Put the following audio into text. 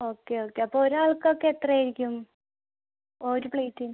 okay okay അപ്പോൾ ഒരാൾക്കൊക്കെ എത്രയായിരിക്കും ഒരു പ്ലേറ്റ്